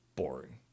boring